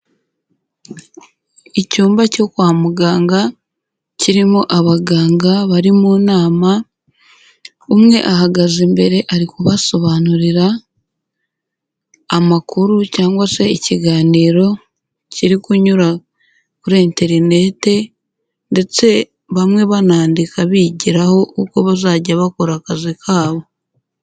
Icyumba cyo kwa muganga kirimo abaganga bari mu nama; umwe ahagaze imbere ari kubasobanurira amakuru cyangwa se ikiganiro kiri kunyura kuri interinete ndetse bamwe banandika bigiraho uko bazajya bakora akazi kabo.